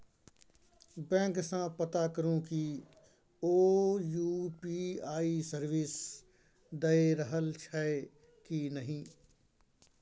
bank सँ पता करु कि ओ यु.पी.आइ सर्विस दए रहल छै कि नहि